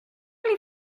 les